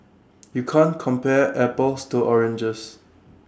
you can't compare apples to oranges